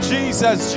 Jesus